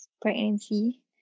pregnancy